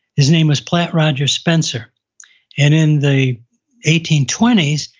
his name was platt roger spencer. and in the eighteen twenty s,